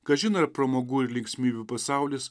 kažin ar pramogų ir linksmybių pasaulis